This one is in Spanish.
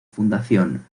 fundación